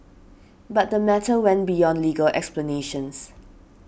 but the matter went beyond legal explanations